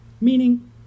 Meaning